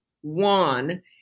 One